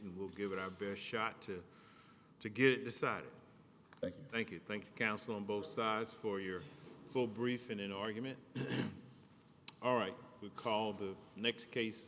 and we'll give it our best shot to to get decided thank you thank you counsel on both sides for your full brief in an argument all right we call the next case